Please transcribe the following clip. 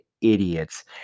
idiots